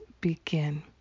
begin